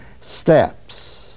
steps